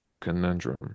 conundrum